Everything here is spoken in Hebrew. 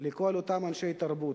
לכל אותם אנשי תרבות,